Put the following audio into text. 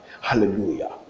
Hallelujah